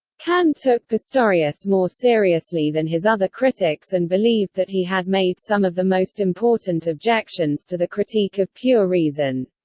kant took pistorius more seriously than his other critics and believed that he had made some of the most important objections to the critique of pure reason.